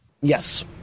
Yes